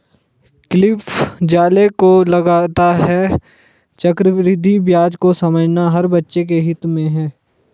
Cliff Zale को लगता है चक्रवृद्धि ब्याज को समझना हर बच्चे के हित में है